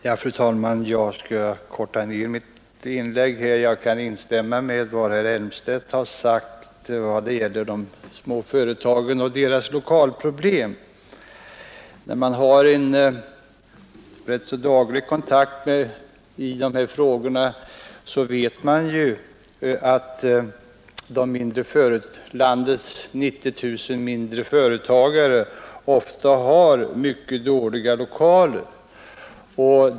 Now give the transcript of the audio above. Fru talman! Jag skall korta ned mitt inlägg. Jag kan instämma i vad herr Elmstedt sagt om de små företagens lokalproblem. Har man som jag en så gott som daglig kontakt med dessa frågor, vet man att landets 90 000 mindre företagare ofta har mycket dåliga lokaler.